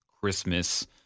Christmas